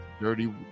Dirty